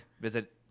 Visit